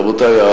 רבותי,